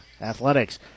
Athletics